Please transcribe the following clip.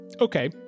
Okay